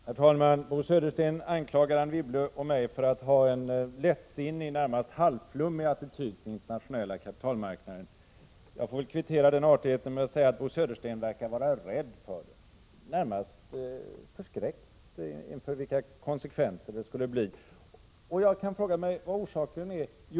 Herr talman! Bo Södersten anklagar Anne Wibble och mig för att ha en lättsinnig, närmast halvflummig, attityd till den internationella kapitalmarknaden. Jag får väl kvittera den artigheten med att säga att Bo Södersten verkar vara rädd för och närmast förskräckt inför vilka konsekvenser det skulle kunna bli. Jag frågar mig vad orsaken till detta kan vara.